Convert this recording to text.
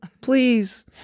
please